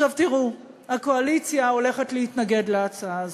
עכשיו, תראו, הקואליציה הולכת להתנגד להצעה הזאת.